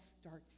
starts